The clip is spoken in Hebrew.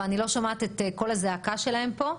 ואני לא שומעת את קול הזעקה שלהם פה.